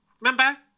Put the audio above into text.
Remember